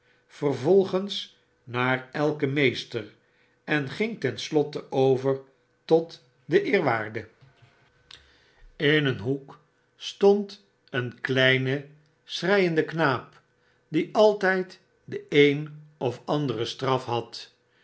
vervolgens naar elken meester en ging ten slotte over tot den eerwaarde de geschiedenis van den schooljongen in een hoek stond een kleine sehreiende knaap die altijd de een of andere straf had